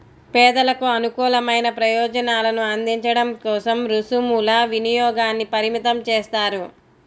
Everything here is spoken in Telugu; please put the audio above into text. పేదలకు అనుకూలమైన ప్రయోజనాలను అందించడం కోసం రుసుముల వినియోగాన్ని పరిమితం చేస్తారు